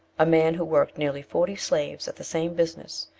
a man who worked nearly forty slaves at the same business,